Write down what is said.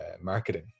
marketing